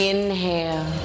Inhale